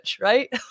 right